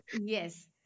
Yes